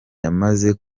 yamaze